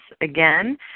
again